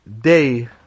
day